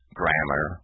grammar